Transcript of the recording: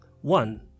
One